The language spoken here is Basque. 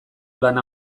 lana